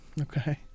Okay